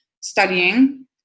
studying